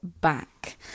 back